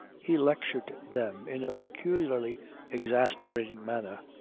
he lectured them in a peculiarly exasperating manner.